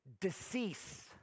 Decease